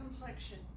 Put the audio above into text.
complexion